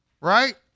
right